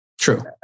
True